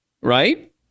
right